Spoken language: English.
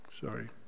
Sorry